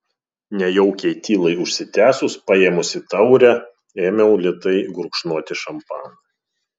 nejaukiai tylai užsitęsus paėmusi taurę ėmiau lėtai gurkšnoti šampaną